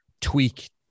tweak